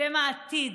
אתם העתיד,